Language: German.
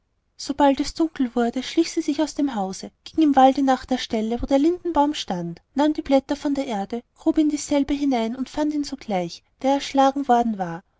sobald es dunkel wurde schlich sie sich aus dem hause ging im walde nach der stelle wo der lindenbaum stand nahm die blätter von der erde grub in dieselbe hinein und fand ihn sogleich der erschlagen worden war